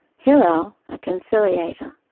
hillel a conciliator.